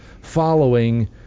following